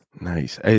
Nice